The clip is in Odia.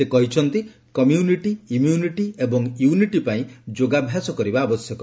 ସେ କହିଛନ୍ତି କମ୍ୟୁନିଟି ଇମ୍ୟୁନିଟି ଏବଂ ୟୁନିଟି ପାଇଁ ଯୋଗାଭ୍ୟାସ କରିବା ଆବଶ୍ୟକ